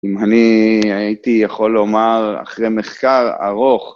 אם אני הייתי יכול לומר אחרי מחקר ארוך